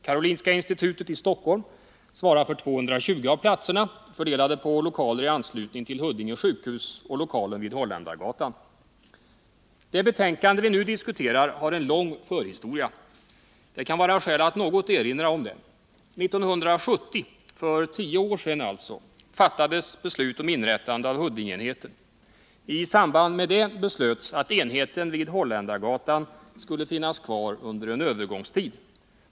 Karolinska institutet i Stockholm svarar för 220 av platserna, fördelade på lokaler i anslutning till Huddinge sjukhus och lokalen vid Holländargatan. Det betänkande vi nu diskuterar har en lång förhistoria. Det kan vara skäl att något erinra om den. 1970, alltså för tio år sedan, fattades beslut om inrättande av Huddingeenheten. I samband med detta beslöts att enheten vid Holländargatan skulle finnas kvar under en övergångstid.